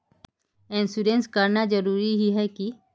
Insurance कराना जरूरी ही है की?